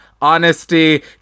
honesty